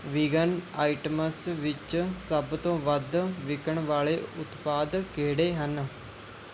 vegan items ਵਿੱਚ ਸਭ ਤੋਂ ਵੱਧ ਵਿਕਣ ਵਾਲੇ ਉਤਪਾਦ ਕਿਹੜੇ ਹਨ